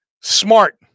Smart